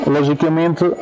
Logicamente